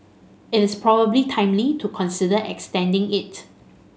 it is probably timely to consider extending it